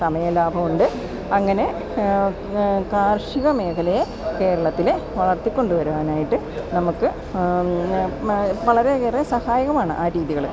സമയ ലാഭമുണ്ട് അങ്ങനെ കാർഷിക മേഖലയെ കേരളത്തിലെ വളർത്തി കൊണ്ടുവരാനായിട്ട് നമ്മള്ക്ക് വളരെയേറെ സഹായകമാണ് ആ രീതികള്